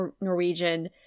Norwegian